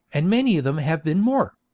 and many of them have been more